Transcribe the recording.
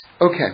Okay